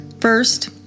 First